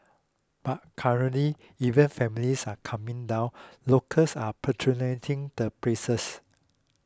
but currently even families are coming down locals are patronising the places